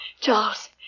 Charles